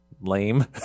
lame